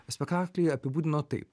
spektaklį apibūdino taip